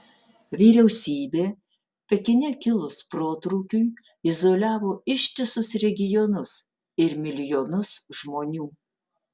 vyriausybė pekine kilus protrūkiui izoliavo ištisus regionus ir milijonus žmonių